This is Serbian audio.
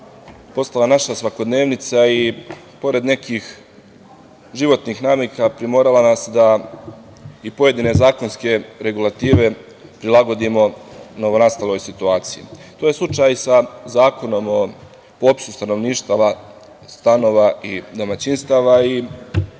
postala naša svakodnevnica i pored nekih životnih navika primorala nas da i pojedine zakonske regulative prilagodimo novonastaloj situaciji. To je slučaj za Zakonom o popisu stanovništva, stanova i domaćinstava i